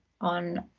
on